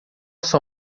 sua